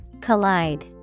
Collide